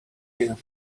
you